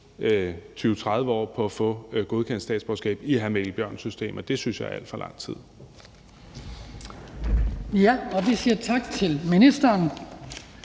20-30 år på at få tildelt statsborgerskab i hr. Mikkel Bjørns system, og det synes jeg er alt for lang tid. Kl. 15:47 Den fg. formand (Hans